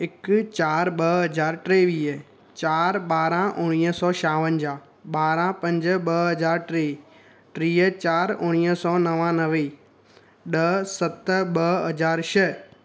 हिकु चारि ॿ हज़ार टेवीह चारि ॿारहं उणिवीह सौ छावंजाहु ॿारहं पंज ॿ हज़ार टे टीह चारि उणिवीह सौ नवानवे ॾह सत ॿ हज़ार छह